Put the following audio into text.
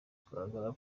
kugaragara